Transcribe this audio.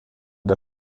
der